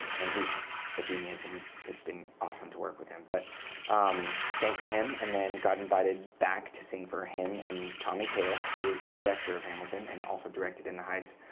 and he's a genius, and it's it's been awesome to work with him. but sang for him, and then got invited back to sing for him and tommy kail, who is the director of hamilton, and also directed in the heights.